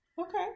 Okay